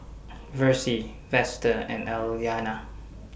Versie Vester and Alayna